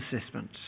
assessment